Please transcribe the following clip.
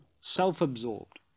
self-absorbed